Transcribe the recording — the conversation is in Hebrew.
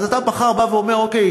אז אתה מחר בא ואומר, אוקיי,